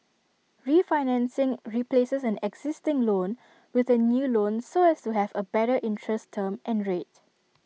refinancing replaces an existing loan with A new loan so as to have A better interest term and rate